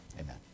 amen